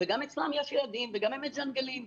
וגם אצלם יש ילדים וגם הם עושים זומים.